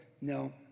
no